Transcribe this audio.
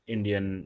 Indian